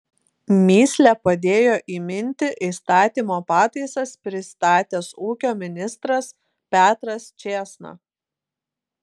mįslę padėjo įminti įstatymo pataisas pristatęs ūkio ministras petras čėsna